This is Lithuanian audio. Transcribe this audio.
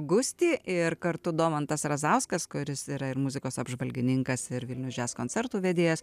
gustį ir kartu domantas razauskas kuris yra ir muzikos apžvalgininkas ir vilnius jazz koncertų vedėjas